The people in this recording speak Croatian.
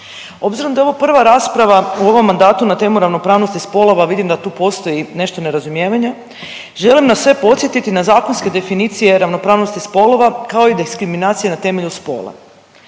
Obzirom da je ovo prva rasprava u ovom mandatu na temu ravnopravnosti spolova vidim da tu postoji nešto nerazumijevanja. Želim nas sve podsjetiti na zakonske definicije o ravnopravnosti spolova kao i diskriminacije na temelju spola.